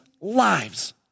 lives